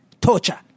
torture